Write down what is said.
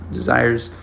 desires